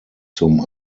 zum